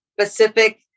specific